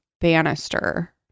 banister